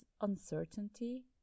uncertainty